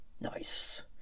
Nice